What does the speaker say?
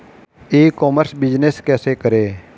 ई commerce business कैसे करें?